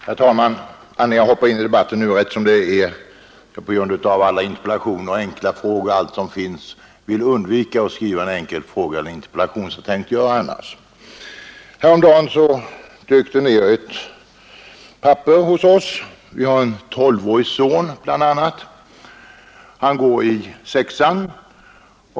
Herr talman! Anledningen till att jag hoppar in i denna debatt är att jag därmed vill undvika att ställa en enkel fråga eller en interpellation, nägot som jag annars hade tänkt göra. Men det finns ju redan så många enkla fragor och interpellationer att jag vill undvika att öka antalet. Häromdagen damp det ned ett brev hos oss. Vi har en tolvårig son som går i 6:an,.